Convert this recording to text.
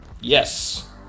Yes